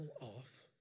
off